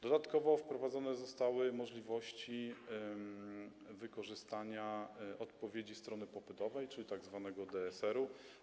Dodatkowo wprowadzone zostały możliwości wykorzystania odpowiedzi strony popytowej, czyli tzw. DSR-u.